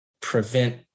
prevent